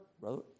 Brother